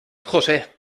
josé